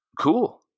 Cool